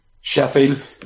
Sheffield